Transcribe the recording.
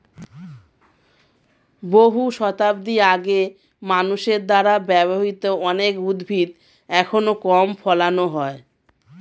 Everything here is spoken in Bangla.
বহু শতাব্দী আগে মানুষের দ্বারা ব্যবহৃত অনেক উদ্ভিদ এখন কম ফলানো হয়